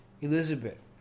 Elizabeth